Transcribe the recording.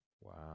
Wow